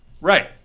Right